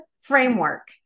framework